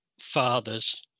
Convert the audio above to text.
fathers